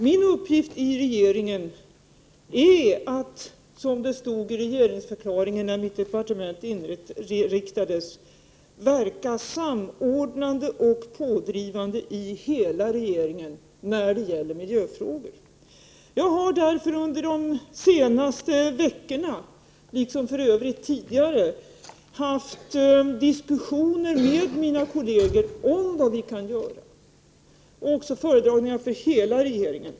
Min uppgift i regeringen är att, som det stod i regeringsförklaringen när miljöoch energidepartementet inrättades, verka samordnande och pådrivande i hela regeringen då det gäller miljöfrågor. Jag har därför under de senaste veckorna, liksom tidigare, fört diskussioner med mina kolleger om vad vi kan göra, och jag har också haft föredragningar inför hela regeringen.